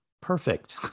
perfect